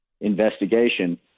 investigation